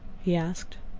he asked.